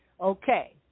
Okay